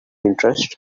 interest